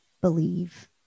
believe